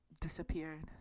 disappeared